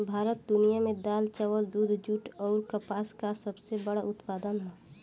भारत दुनिया में दाल चावल दूध जूट आउर कपास का सबसे बड़ा उत्पादक ह